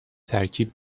ترکیب